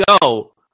go